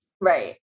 Right